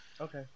Okay